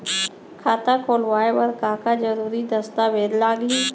खाता खोलवाय बर का का जरूरी दस्तावेज लागही?